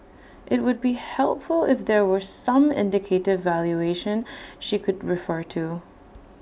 IT would be helpful if there were some indicative valuation she could refer to